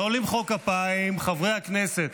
לא למחוא כפיים, חברי הכנסת.